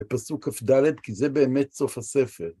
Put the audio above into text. בפסוק כף דלת, כי זה באמת סוף הספר.